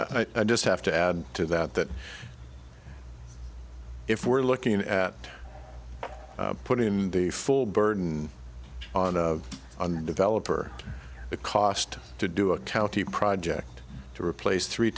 white i just have to add to that that if we're looking at putting in the full burden on of developer the cost to do a county project to replace three